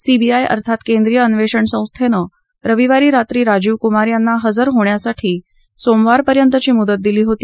CBI अर्थात केंद्रीय अन्वेषण संस्थेनं रविवारी रात्री राजीव कुमार यांना हजर होण्यासाठी सोमवारपर्यंतची मुदत दिली होती